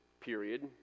period